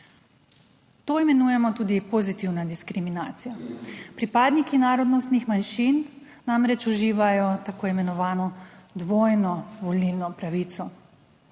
To imenujemo tudi pozitivna diskriminacija. Pripadniki narodnostnih manjšin namreč uživajo tako imenovano dvojno volilno pravico.